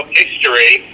history